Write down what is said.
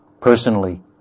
Personally